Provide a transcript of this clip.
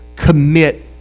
commit